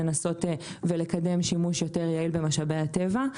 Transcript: גם לנסות ולקדם שימוש יותר יעיל במשאבי הטבע.